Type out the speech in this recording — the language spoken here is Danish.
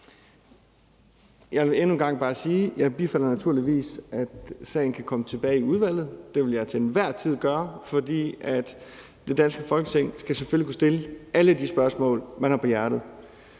Jeg vil endnu en gang sige, at jeg naturligvis bifalder, at sagen kan komme tilbage i udvalget. Det vil jeg til enhver tid gøre, fordi det danske Folketing naturligvis skal kunne stille alle de spørgsmål, man har på hjerte,